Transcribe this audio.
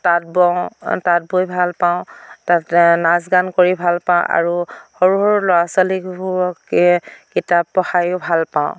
তাঁত বওঁ তাঁত বৈ ভাল পাওঁ তাতে নাচ গান কৰি ভাল পাওঁ আৰু সৰু সৰু ল'ৰা ছোৱালীবোৰক কিতাপ পঢ়াইয়ো ভাল পাওঁ